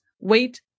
wait